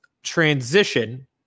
transition